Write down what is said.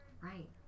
Right